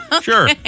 sure